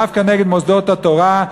דווקא נגד מוסדות התורה,